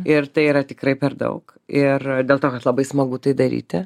ir tai yra tikrai per daug ir dėl to kad labai smagu tai daryti